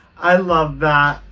i loved that.